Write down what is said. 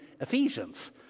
Ephesians